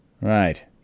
Right